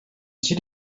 sie